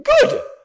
good